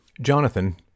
Jonathan